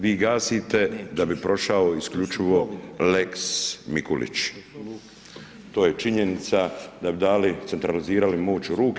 Vi gasite da bi prošao isključivo lex Mikulić, to je činjenica, da bi dali, centralizirali moć u ruke.